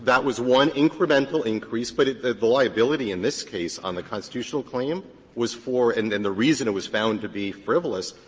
that was one incremental increase. but the the liability in this case on the constitutional claim was for, and and the reason it was found to be frivolous,